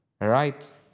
Right